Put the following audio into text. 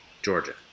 Georgia